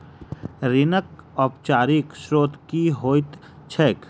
ऋणक औपचारिक स्त्रोत की होइत छैक?